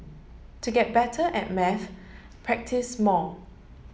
to get better at maths practise more